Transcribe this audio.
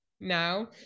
now